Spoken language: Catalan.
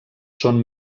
són